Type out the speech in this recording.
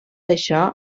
això